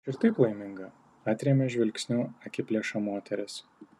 aš ir taip laiminga atrėmė žvilgsniu akiplėšą moteris